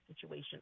situation